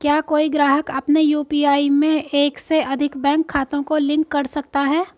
क्या कोई ग्राहक अपने यू.पी.आई में एक से अधिक बैंक खातों को लिंक कर सकता है?